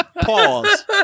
Pause